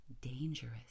dangerous